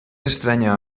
estranya